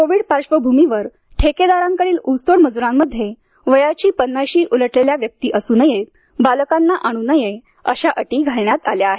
Covid पार्श्वभूमीवर ठेकेदारांकडील ऊसतोड मजुरांमध्ये वयाची पन्नाशी उलटलेली मंडळी नये बालकांना आणू नये अशा अटी घातलेल्या आहेत